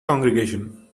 congregation